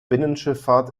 binnenschifffahrt